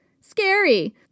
scary